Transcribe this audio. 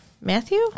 Matthew